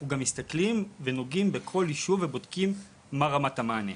אנחנו גם מסתכלים ונוגעים בכל ישוב ובודקים מה רמת המענה.